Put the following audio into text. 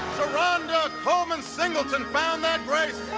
sharonda coleman-singleton found that grace.